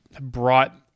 brought